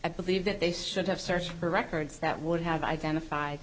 i believe that they should have search for records that would have identif